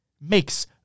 makes